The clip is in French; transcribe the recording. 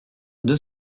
deux